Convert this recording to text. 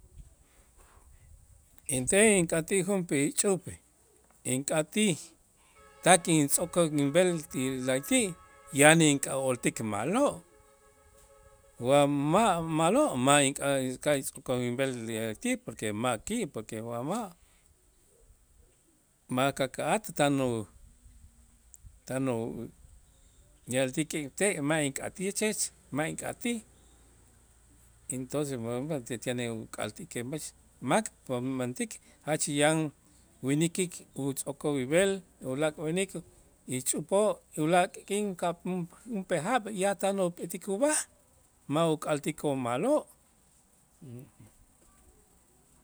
Inten ink'atij junp'ee ixch'upej ink'atij tak intz'o'kol inb'el ti la'ayti' yan ink'a'ooltik ma'lo' wa ma' ma'lo' ma' inka inka'aj intz'o'kol inb'el ti la'ayti', porque ma'ki' porque wa ma', ma' ka'ka'at tan u tan u yaltik y te' ma' ink'atij ma' ink'atij entonces uk'al ti que mix mak kumentik jach yan winikik utz'o'kol inb'el ulaak' winik ixch'upoo' ulaak' k'in junp'ee jaab' yan tan upetik ub'aj ma' uk'altikoo' ma'lo'.